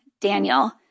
Daniel